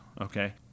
okay